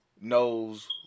knows